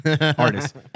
artist